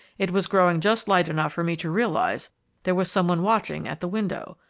it was growing just light enough for me to realize there was some one watching at the window.